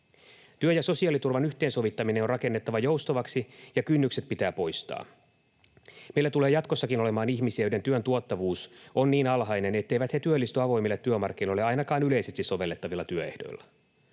Työn ja sosiaaliturvan yhteensovittaminen on rakennettava joustavaksi, ja kynnykset pitää poistaa. Meillä tulee jatkossakin olemaan ihmisiä, joiden työn tuottavuus on niin alhainen, etteivät he työllisty avoimille työmarkkinoille ainakaan yleisesti sovellettavilla työehdoilla.